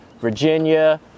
Virginia